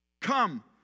Come